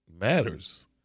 matters